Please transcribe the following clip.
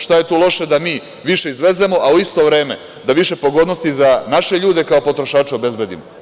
Šta je tu loše da mi više izvezemo, a u isto vreme da više pogodnosti za naše ljude kao potrošače obezbedimo?